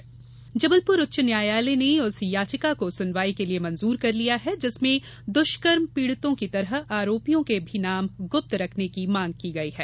उच्च न्यायालय जबलपुर उच्च न्यायालय ने उस याचिका को सुनवाई के लिए मंजूर कर लिया है जिसमें दुष्कर्म पीडिताओं की तरह आरोपियों के भी नाम गृप्त रखने की मांग की गई है